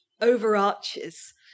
overarches